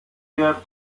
der